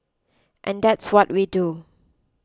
and that's what we do